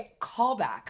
callback